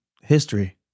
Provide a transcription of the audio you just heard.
history